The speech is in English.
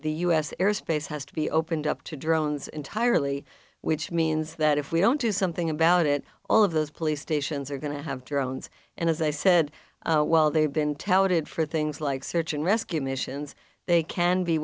the u s airspace has to be opened up to drones entirely which means that if we don't do something about it all of those police stations are going to have drones and as i said well they've been talented for things like search and rescue missions they can be